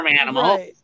animal